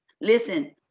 listen